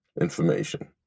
information